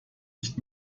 nicht